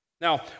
now